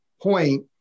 point